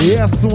Yes